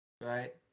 Right